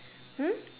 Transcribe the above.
um